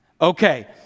Okay